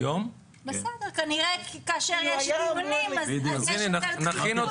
כנראה כשיש דיונים יש יותר דחיפות.